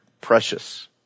precious